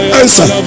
answer